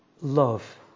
love